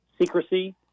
Secrecy